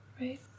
Right